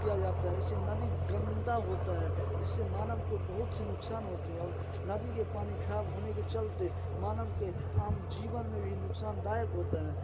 प्रभावित किया जाता है इससे नदी गन्दा होता है इससे मानब को बहुत से नुकसान होते हैं और नदी का पानी ख़राब होने के चलते मानव के आम जीवन में भी नुकसानदायक होता है